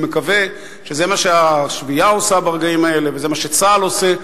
אני מקווה שזה מה שהשביעייה עושה ברגעים האלה וזה מה שצה"ל עושה,